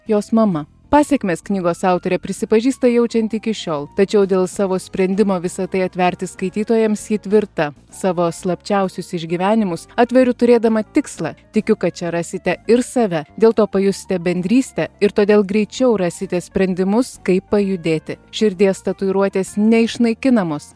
jos mama pasekmes knygos autorė prisipažįsta jaučianti iki šiol tačiau dėl savo sprendimo visa tai atverti skaitytojams ji tvirta savo slapčiausius išgyvenimus atveriu turėdama tikslą tikiu kad čia rasite ir save dėl to pajusite bendrystę ir todėl greičiau rasite sprendimus kaip pajudėti širdies tatuiruotės neišnaikinamos